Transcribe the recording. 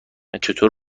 چطور